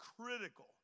critical